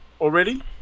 already